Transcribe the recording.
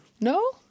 No